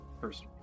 First